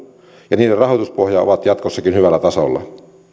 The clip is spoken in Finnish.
ja niiden rahoituspohja ovat jatkossakin hyvällä tasolla